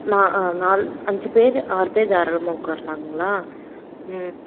நான் ஆ நாலு அஞ்சு பேர் ஆறு பேர் தாராளமாக உட்காரலாங்களா ம்